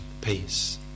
peace